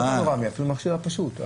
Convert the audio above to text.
לא פנורמי, אפילו המכשיר הפשוט,